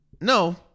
no